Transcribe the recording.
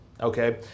okay